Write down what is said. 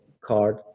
card